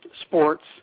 Sports